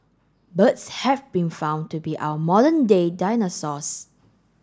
birds have been found to be our modern day dinosaurs